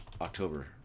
October